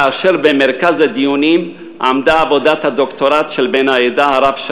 ובמרכז הדיונים עמדה עבודת הדוקטורט של רב העדה,